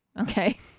Okay